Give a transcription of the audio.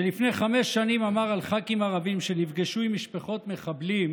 שלפני חמש שנים אמר על ח"כים ערבים שנפגשו עם משפחות מחבלים,